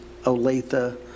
Olathe